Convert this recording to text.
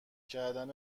کردن